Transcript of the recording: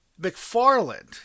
McFarland